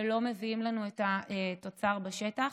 ולא מביאים לנו את התוצר בשטח.